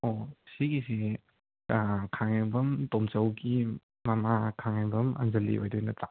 ꯑꯣ ꯁꯤꯒꯤꯁꯦ ꯑꯥ ꯈꯥꯉꯦꯝꯕꯝ ꯇꯣꯝꯆꯧꯒꯤ ꯃꯃꯥ ꯈꯥꯉꯦꯝꯕꯝ ꯑꯟꯖꯂꯤ ꯑꯣꯏꯗꯣꯏ ꯅꯠꯇ꯭ꯔꯥ